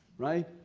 right?